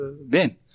Ben